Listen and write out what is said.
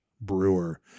brewer